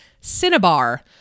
cinnabar